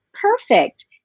perfect